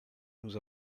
nous